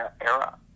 era